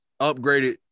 upgraded